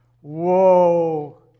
Whoa